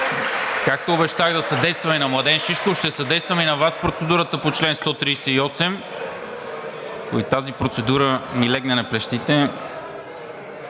както обещах да съдействам и на Младен Шишков, и на Вас в процедурата по чл. 138. И тази процедура ми легна на плещите.